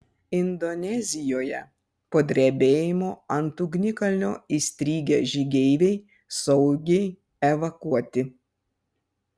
indonezijoje po drebėjimo ant ugnikalnio įstrigę žygeiviai saugiai evakuoti